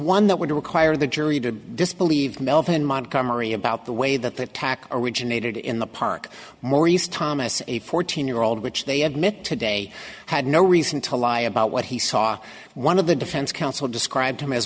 one that would require the jury to disbelieve melvin montgomery about the way that the attack originated in the park maurice thomas a fourteen year old which they admit today had no reason to lie about what he saw one of the defense counsel described